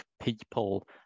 people